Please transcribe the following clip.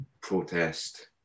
protest